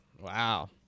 Wow